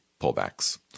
pullbacks